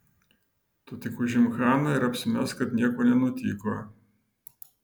tu tik užimk haną ir apsimesk kad nieko nenutiko